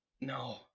No